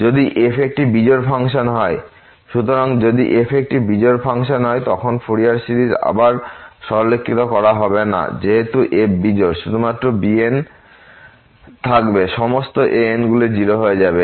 যদি f একটি বিজোড় ফাংশন হয় সুতরাং যদি f একটি বিজোড় ফাংশন হয় তখন ফুরিয়ার সিরিজ আবার সরলীকৃত করা হবে না এবং যেহেতু f বিজোড় শুধুমাত্র bns থাকবে সমস্ত ans গুলি 0 হয়ে যাবে